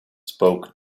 spoke